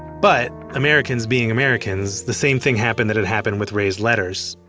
but, americans being americans, the same thing happened that had happened with raised letters.